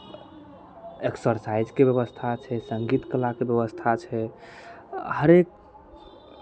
एक्सरसाइजके व्यवस्था छै सङ्गीत कलाक व्यवस्था छै हरेक